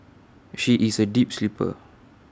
she is A deep sleeper